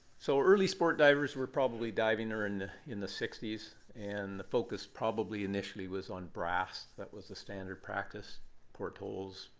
so early sport divers were probably diving her and in the sixty s. and the focus probably initially was on brass. that was the standard practice portholes,